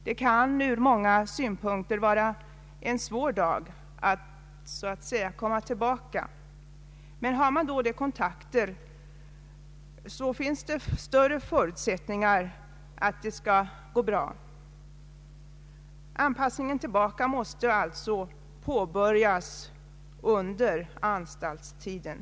Det kan ur många synpunkter vara en svår dag att så att säga komma tillbaka, men har man då de kontakter det här gäller finns det större förutsättningar att det skall gå bra. Anpassningen i samhället måste alltså påbörjas under anstaltstiden.